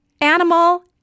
animal